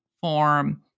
form